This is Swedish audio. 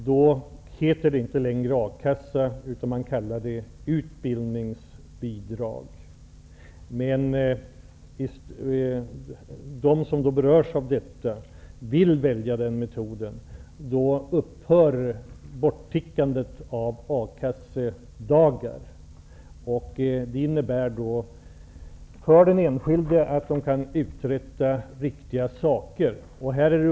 Då heter det inte längre A-kassa, utan det kallas utbildningsbidrag. Om de som berörs av detta väljer den metoden upphör borttickandet av A-kassedagar. Det innebär att den enskilde kan uträtta riktiga saker.